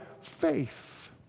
faith